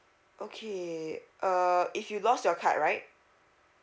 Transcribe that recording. okay uh if you lost your card right